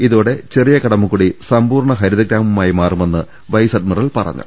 ഇതോടെ ചെറിയ കടമക്കുടി സമ്പൂർണ്ണ ഹരിത ഗ്രാമമായി മാറുമെന്ന് വൈസ് അഡ്മിറൽ പറഞ്ഞു